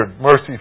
mercy